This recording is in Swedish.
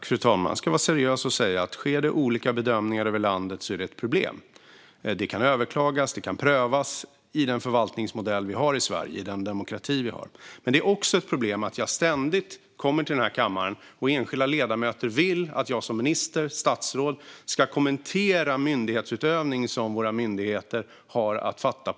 Fru talman! Jag ska vara seriös i mitt svar. Om det sker olika bedömningar över landet är det ett problem. Det kan överklagas och prövas i den förvaltningsmodell, den demokrati, som vi har i Sverige. Det är också ett problem när jag kommer till kammaren och enskilda ledamöter ständigt vill att jag som statsrådet ska kommentera myndighetsutövning och beslut som våra myndigheter på egen hand har att fatta.